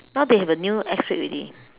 now they have a new X rate already